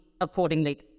accordingly